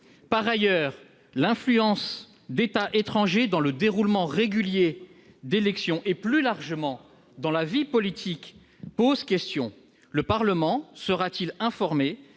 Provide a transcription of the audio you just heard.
Par ailleurs, l'influence d'États étrangers dans le déroulement régulier d'élections, et plus largement dans la vie politique, pose question. Le Parlement sera-t-il informé